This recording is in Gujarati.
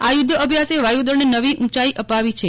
આ યુદ્ધ અભ્યાસે વાયુદળને નવી ઉંચાઇ અપાવી છે